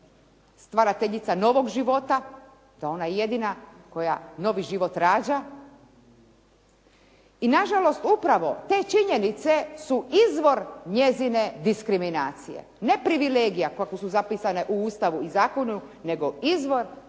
stvarateljica novog života, da je ona jedina koja novi život rađa. I nažalost, upravo te činjenice su izvor njezine diskriminacije. Ne privilegija, kako su zapisane u Ustavu i zakonu, nego izvor njezinih diskriminacija